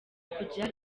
kujya